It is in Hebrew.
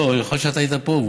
לא, יכול להיות שאתה היית פה.